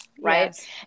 right